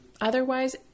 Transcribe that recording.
otherwise